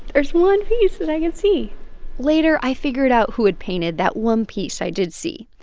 there's one piece that i could see later, i figured out who had painted that one piece i did see.